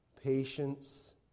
patience